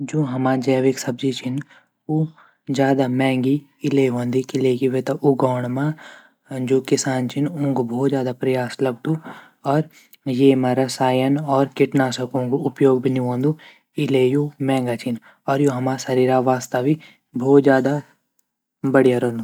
जू हमा जैविक सब्ज़ी छीन ऊ ज़्यादा महँगी इल्ले वन्दी क़िले की वे त उगोण म जू किसान छीन ऊँगू भोत ज़्यादा प्रयास लगदू और येमा रसायन और कीटनासकु ग उपयोग भी नी वंदु इल्ले यू महँगा छीन और यू हमा शरीरा वास्ता भी भोत ज़्यादा बढ़िया रौंदू।